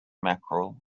mackerel